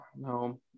no